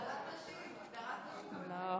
את הנאום שלה.